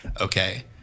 okay